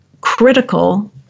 critical